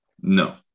No